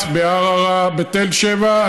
ברהט, בערערה, בתל שבע.